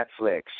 Netflix